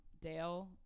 Dale